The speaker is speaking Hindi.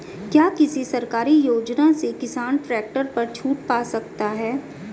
क्या किसी सरकारी योजना से किसान ट्रैक्टर पर छूट पा सकता है?